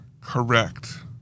correct